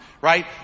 right